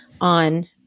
on